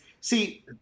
see